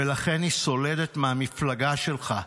ולכן היא סולדת מהמפלגה שלך,